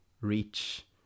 reach